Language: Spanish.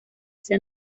ese